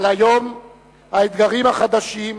אבל היום האתגרים חדשים,